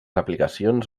aplicacions